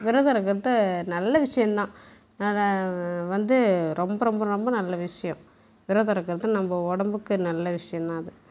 விரதம் இருக்கிறது நல்ல விஷயம்தான் வந்து ரொம்ப ரொம்ப ரொம்ப நல்ல விஷயம் விரதம் இருக்கிறது நம்ம உடம்புக்கு நல்ல விஷயம்தான் அது